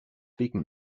speaking